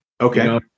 Okay